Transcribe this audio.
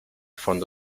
fondo